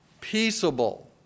peaceable